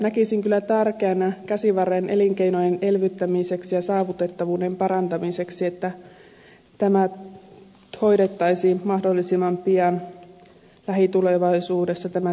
näkisin kyllä tärkeänä käsivarren elinkeinojen elvyttämiseksi ja saavutettavuuden parantamiseksi että tämä tieosuus hoidettaisiin mahdollisimman pian lähitulevaisuudessa kuntoon